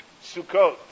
Sukkot